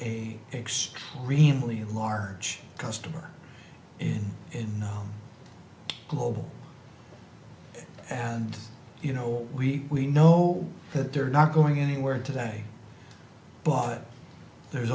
a extremely large customer in in the global and you know we we know that they're not going anywhere today but there's